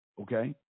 Okay